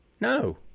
No